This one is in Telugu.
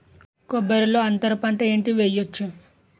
కొబ్బరి లో అంతరపంట ఏంటి వెయ్యొచ్చు?